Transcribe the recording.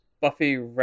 Buffy